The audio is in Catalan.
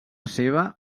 seva